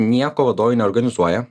nieko vadovai neorganizuoja